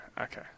Okay